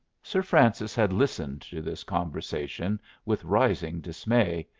sir francis had listened to this conversation with rising dismay.